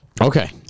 Okay